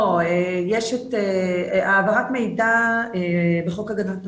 לא, העברת מידע בחוק הגנת הפרטיות,